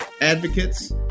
advocates